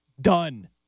Done